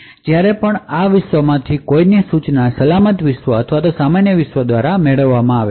તેથી જ્યારે પણ આ વિશ્વમાંથી કોઈની સૂચના સલામત વિશ્વ અથવા સામાન્ય વિશ્વ દ્વારા મળે છે